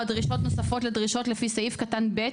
דרישות נוספות לדרישות לפי סעיף קטן (ב),